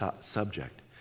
subject